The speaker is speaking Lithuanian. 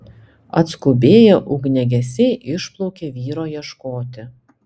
atskubėję ugniagesiai išplaukė vyro ieškoti